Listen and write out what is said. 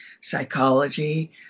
psychology